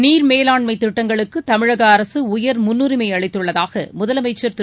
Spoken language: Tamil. நீர்மேலாண்மை திட்டங்களுக்கு தமிழக அரசு உயர் முன்னுரிமை அளித்துள்ளதாக முதலமைச்சர் திரு